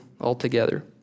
altogether